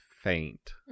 faint